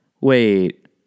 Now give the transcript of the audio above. wait